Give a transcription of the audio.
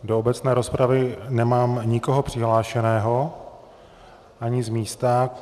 Do obecné rozpravy nemám nikoho přihlášeného, ani z místa.